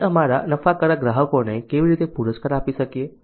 અમે અમારા નફાકારક ગ્રાહકોને કેવી રીતે પુરસ્કાર આપી શકીએ